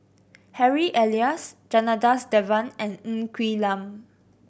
Harry Elias Janadas Devan and Ng Quee Lam